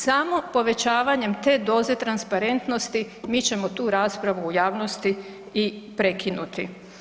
Samo povećavanjem te doze transparentnosti mi ćemo tu raspravu u javnosti i prekinuti.